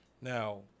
Now